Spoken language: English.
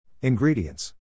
Ingredients